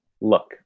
Look